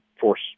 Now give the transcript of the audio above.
force